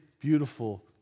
beautiful